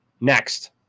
Next